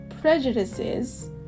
prejudices